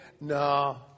no